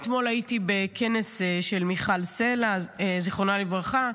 אתמול הייתי בכנס של מיכל סלה זיכרונה לברכה,